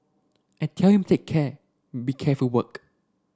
I tell him take care be careful work